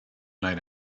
night